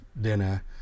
dinner